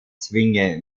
zwinge